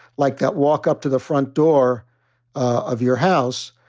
like that walk up to the front door of your house